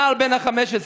הנער בן ה-15,